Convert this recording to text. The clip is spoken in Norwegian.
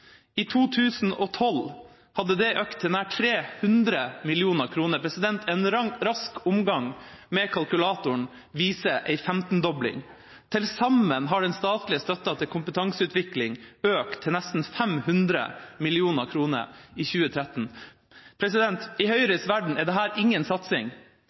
I 2012 hadde det økt til nær 300 mill. kr. En rask omgang med kalkulatoren viser en femtendobling. Til sammen har den statlige støtten til kompetanseutvikling økt til nesten 500 mill. kr i 2013. I Høyres verden er dette ingen satsing